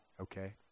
Okay